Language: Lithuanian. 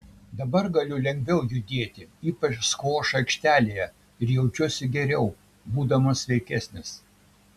dabar galiu lengviau judėti ypač skvošo aikštelėje ir jaučiuosi geriau būdamas sveikesnis